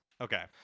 Okay